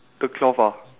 the cloth ah